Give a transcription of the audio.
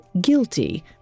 guilty